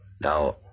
Now